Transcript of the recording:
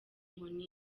inkoni